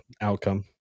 outcome